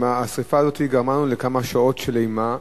השרפה הזאת גרמה לנו כמה שעות של אימה,